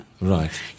Right